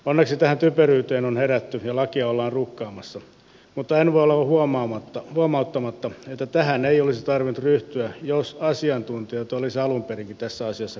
onneksi tähän typeryyteen on herätty ja lakia ollaan rukkaamassa mutta en voi olla huomauttamatta että tähän ei olisi tarvinnut ryhtyä jos asiantuntijoita olisi alun perinkin tässä asiassa kuunneltu